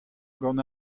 gant